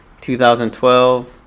2012